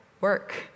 work